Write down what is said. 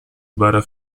bara